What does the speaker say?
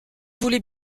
voulez